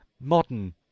modern